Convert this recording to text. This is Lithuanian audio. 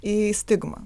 į stigmą